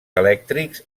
elèctrics